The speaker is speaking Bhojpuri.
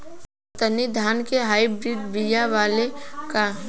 कतरनी धान क हाई ब्रीड बिया आवेला का?